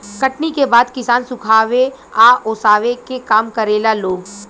कटनी के बाद किसान सुखावे आ ओसावे के काम करेला लोग